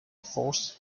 forced